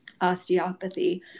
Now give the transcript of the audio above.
osteopathy